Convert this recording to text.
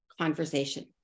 conversation